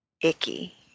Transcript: icky